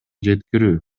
жеткирүү